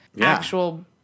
actual